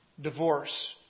divorce